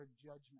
judgment